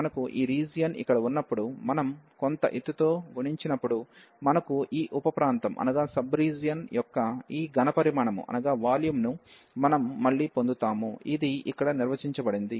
కాబట్టి మనకు ఈ రీజియన్ ఇక్కడ ఉన్నప్పుడు మనం కొంత ఎత్తుతో గుణించినప్పుడు మనకు ఈ ఉప ప్రాంతం యొక్క ఈ ఘనపరిమాణము ను మనం మళ్ళీ పొందుతాము ఇది ఇక్కడ నిర్వచించబడింది